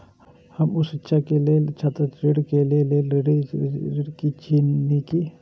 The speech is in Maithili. हम उच्च शिक्षा के लेल छात्र ऋण के लेल ऋण छी की ने?